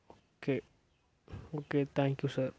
okay okay thank you sir